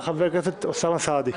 חבר הכנסת אוסאמה סעדי.